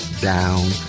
down